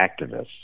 activists